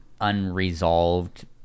unresolved